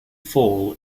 fall